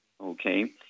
okay